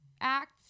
acts